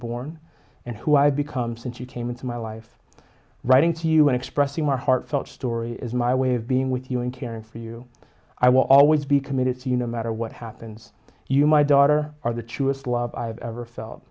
born and who i've become since you came into my life writing to you and expressing your heartfelt story is my way of being with you and caring for you i will always be committed to you no matter what happens you my daughter are the truest love i've ever felt